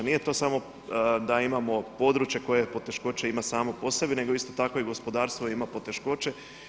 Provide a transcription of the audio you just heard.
Nije to samo da imamo područja koja poteškoće ima samo po sebi nego isto tako i gospodarstvo ima poteškoće.